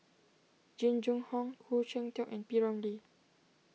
Jing Jun Hong Khoo Cheng Tiong and P Ramlee